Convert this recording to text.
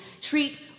treat